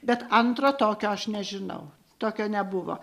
bet antro tokio aš nežinau tokio nebuvo